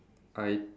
I